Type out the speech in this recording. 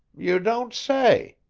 you don't say!